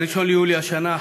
1 ביולי השנה,